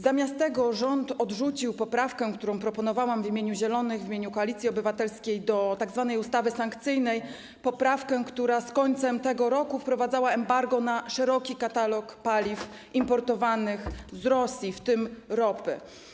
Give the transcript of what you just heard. Zamiast tego rząd odrzucił poprawkę, którą proponowałam w imieniu Zielonych, w imieniu Koalicji Obywatelskiej, do tzw. ustawy sankcyjnej, poprawkę, która z końcem tego roku wprowadzała embargo na szeroki katalog paliw importowanych z Rosji, w tym ropy.